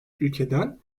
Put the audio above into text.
ülkeden